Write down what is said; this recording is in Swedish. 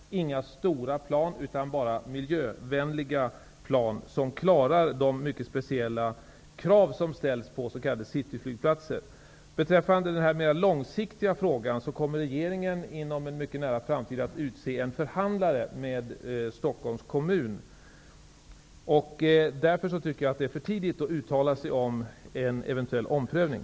Inte heller kommer stora plan att tillåtas, utan endast miljövänliga plan som klarar de mycket speciella krav som ställs på s.k. cityflygplatser. Beträffande den mer långsiktiga frågan kommer regeringen inom en mycket nära framtid att utse en en person som skall förhandla med Stockholms stad. Det är därför för tidigt att nu uttala sig om en eventuell omprövning.